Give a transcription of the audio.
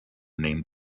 name